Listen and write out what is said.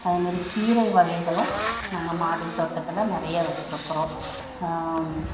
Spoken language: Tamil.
அதேமாதிரி கீரை வகைகளும் நாங்கள் மாடி தோட்டத்தில் நிறைய வச்சுருக்கிறோம்